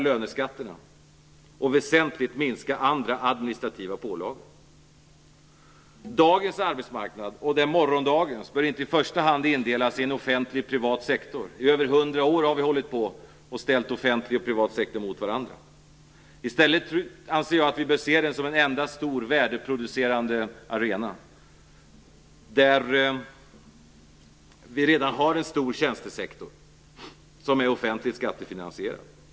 Löneskatterna måste sänkas kraftigt, och andra administrativa pålagor måste väsentligt minskas. Dagens arbetsmarknad och morgondagens bör inte i första hand indelas i en offentlig och en privat sektor; i över hundra år har vi ställt offentlig och privat sektor mot varandra. I stället bör vi se arbetsmarknaden som en enda stor värdeproducerande arena, där vi redan har en stor tjänstesektor, som är offentligt skattefinansierad.